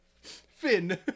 Finn